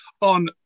on